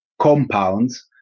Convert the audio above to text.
compounds